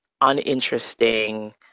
uninteresting